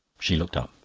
she looked up.